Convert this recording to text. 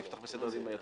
תפתח בסדר דין מהיר,